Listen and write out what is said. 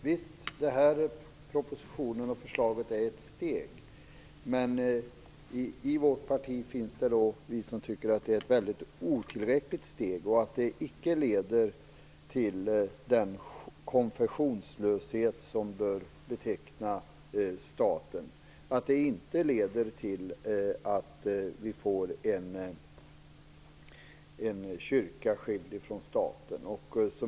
Visst är det här ett steg, men i vårt parti finns de som tycker att det är ett otillräckligt steg, att det inte leder till den konfessionslöshet som bör beteckna staten, att det inte leder till att vi får en kyrka skild från staten.